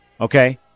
okay